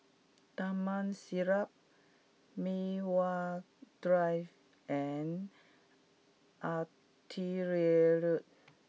Taman Siglap Mei Hwan Drive and Artillery Road